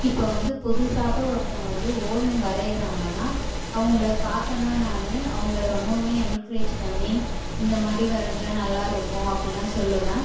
இப்போ வந்து புதுசாக ஒருத்தங்க வந்து ஓவியம் வரைகிறாங்கன்னா அவங்களை பார்த்தேன்னா நான் அவங்கள ரொம்பவுமே என்கரேஜ் பண்ணி இந்த மாதிரி வரைஞ்சா நல்லாயிருக்கும் அப்படில்லாம் சொல்லுவேன்